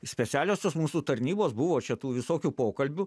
specialiosios mūsų tarnybos buvo čia tų visokių pokalbių